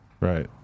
Right